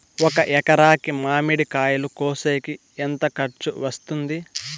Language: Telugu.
ఒక ఎకరాకి మామిడి కాయలు కోసేకి ఎంత ఖర్చు వస్తుంది?